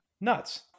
Nuts